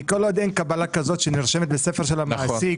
כי כל עוד אין קבלה כזאת שנרשמת בספר של המעסיק